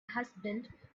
husband